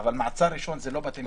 אבל מעצר ראשון זה לא בתי משפט.